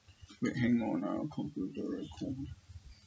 wait him move another computer come